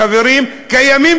חבר הכנסת ג'מאל